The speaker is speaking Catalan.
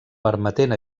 permetent